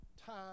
Time